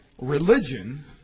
Religion